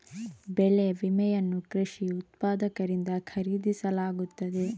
ಬೆಳೆ ವಿಮೆಯನ್ನು ಕೃಷಿ ಉತ್ಪಾದಕರಿಂದ ಖರೀದಿಸಲಾಗುತ್ತದೆ